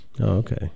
okay